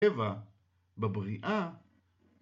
טבע בבריאה